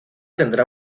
tendrá